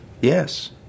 Yes